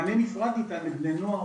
מענה נפרד ניתן לבני נוער.